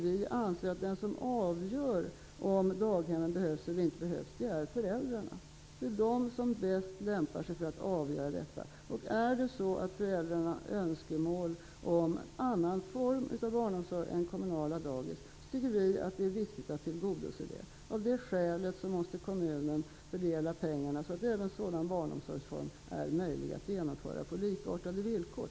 Vi anser att den som avgör om daghemmen behövs eller inte är föräldrarna. Det är de som bäst lämpar sig för att avgöra detta. Om föräldrarna har önskemål om annan form av barnomsorg än kommunala dagis, tycker vi att det är viktigt att tillgodose det. Av det skälet måste kommunen fördela pengarna så att även sådan barnomsorg är möjlig att genomföra på likartade villkor.